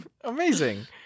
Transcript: amazing